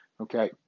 okay